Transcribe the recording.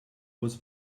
was